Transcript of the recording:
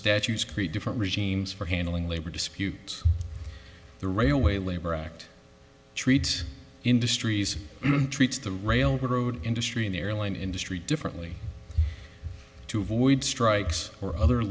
statutes create different regimes for handling labor disputes the railway labor act treat industries treats the railroad industry in the airline industry differently to avoid strikes or other